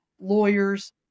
lawyers